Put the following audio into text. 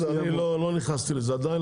לא נכנסתי לזה עדיין.